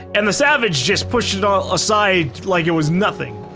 and the savage just pushed it all aside like it was nothing.